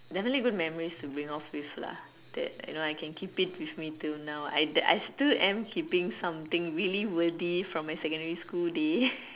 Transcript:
definitely good memories to bring off with lah that you know I can keep it with me till now I I still am keeping something really worthy from my secondary school day